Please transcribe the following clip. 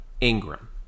Ingram